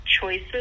choices